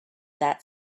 that